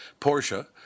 Porsche